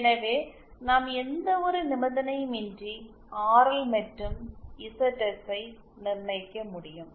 எனவே நாம் எந்தவொரு நிபந்தனையும் இன்றி ஆர்எல் மற்றும் இசட்எஸ் ஐ நிர்ணயிக்க முடியும்